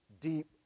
deep